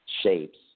shapes